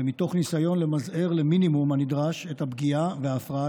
ומתוך ניסיון למזער את הפגיעה ואת ההפרעה